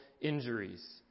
injuries